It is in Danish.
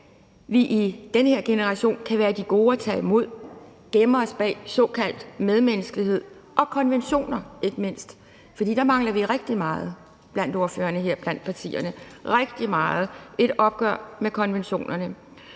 vi i den her generation kan være de gode og tage imod og gemme os bag såkaldt medmenneskelighed og ikke mindst konventioner. Blandt ordførerne her i partierne mangler vi rigtig meget et opgør med konventionerne.